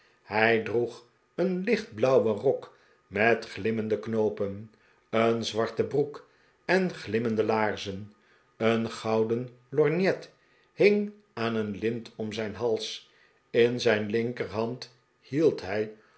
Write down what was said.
hij droeg een lichtblauwen rok met glimmende knoopen een zwarte broek en glimmende laarzen een gotiden lorgnet hing aan een lint om zijn hals in zijn iinkerhand hield hij